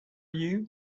you